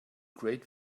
great